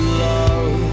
love